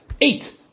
eight